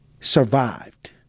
survived